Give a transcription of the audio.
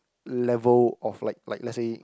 level of like like let's say